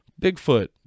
Bigfoot